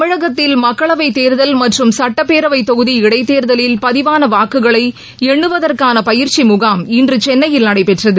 தமிழகத்தில் மக்களவைத் தேர்தல் மற்றும் சுட்டப்பேரவைத் தொகுதி இடைத்தேர்தலில் பதிவான வாக்குகளை எண்ணுவதற்கான பயிற்சி முகாம் இன்று சென்னையில் நடைபெற்றது